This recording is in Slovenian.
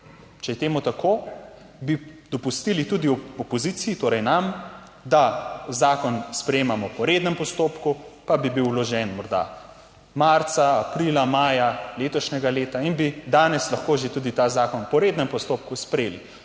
Če je temu tako, bi dopustili tudi v opoziciji, torej nam, da zakon sprejemamo po rednem postopku, pa bi bil vložen morda marca, aprila, maja letošnjega leta in bi danes lahko že tudi ta zakon po rednem postopku sprejeli